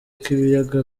k’ibiyaga